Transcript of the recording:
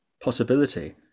possibility